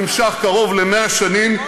שכאמור נמשך קרוב ל-100 שנים,